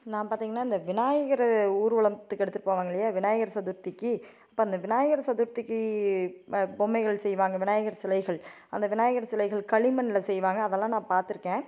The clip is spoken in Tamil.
நான் பார்த்திங்கனா இந்த விநாயகர் ஊர்வலத்துக்கு எடுத்துட்டு போவாங்க இல்லையா விநாயகர் சதுர்த்திக்கு அப்போ அந்த விநாயகர் சதுர்த்திக்கு பொம்மைகள் செய்வாங்க விநாயகர் சிலைகள் அந்த விநாயகர் சிலைகள் களிமண்ணில் செய்வாங்க அதெல்லாம் நான் பார்த்துருக்கேன்